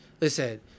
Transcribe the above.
listen